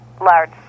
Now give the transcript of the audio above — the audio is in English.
large